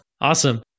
Awesome